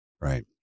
Right